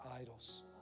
idols